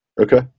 okay